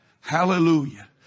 Hallelujah